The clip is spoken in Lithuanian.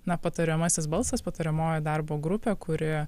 na patariamasis balsas patariamoji darbo grupė kuri